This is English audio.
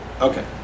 Okay